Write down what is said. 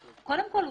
- קודם כל,